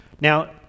Now